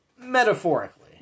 metaphorically